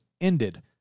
ended